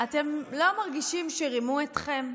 אתם לא מרגישים שרימו אתכם?